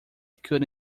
could